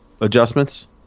adjustments